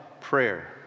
prayer